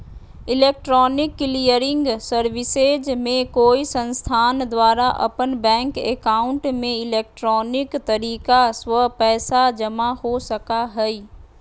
electronic clearing services में कोई संस्थान द्वारा अपन बैंक एकाउंट में इलेक्ट्रॉनिक तरीका स्व पैसा जमा हो सका हइ